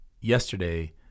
Yesterday